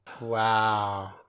Wow